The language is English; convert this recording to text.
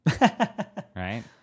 right